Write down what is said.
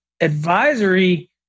advisory